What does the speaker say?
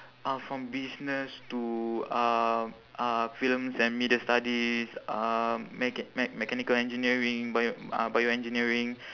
uh from business to um uh films and media studies um mecha~ me~ mechanical engineering bio~ uh bioengineering